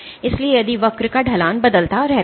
इसलिए यदि वक्र का ढलान बदलता रहता है